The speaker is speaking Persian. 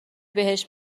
بهش